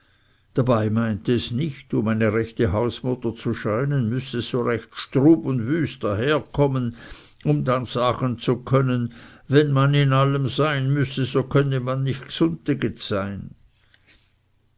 dabei meinte es nicht um eine rechte hausmutter zu scheinen müsse es so recht strub und wüst daherkommen um dann sagen zu können wenn man in allem sein müsse so könne man nicht